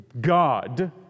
God